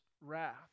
wrath